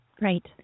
Right